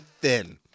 thin